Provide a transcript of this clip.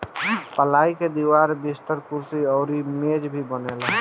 पलाई के दीवार, बिस्तर, कुर्सी अउरी मेज भी बनेला